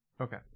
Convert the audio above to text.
Okay